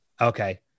Okay